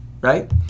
right